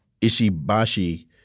Ishibashi